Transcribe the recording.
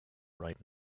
right